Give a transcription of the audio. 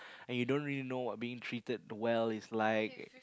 and you don't really know what being treated well is like